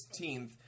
16th